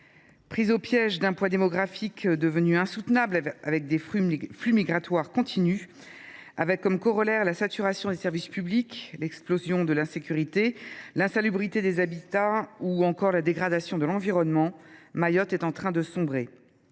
Prise au piège d’un poids démographique devenu insoutenable, soumise à des flux migratoires continus, avec comme corollaire la saturation des services publics, l’explosion de l’insécurité, l’insalubrité des habitats ou encore la dégradation de l’environnement, Mayotte est en train de sombrer.